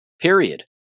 Period